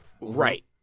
Right